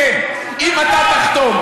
אם אתה תחתום.